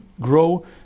grow